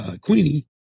Queenie